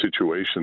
situation